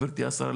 גברתי השרה,